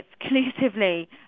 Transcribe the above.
exclusively